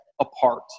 apart